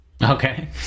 Okay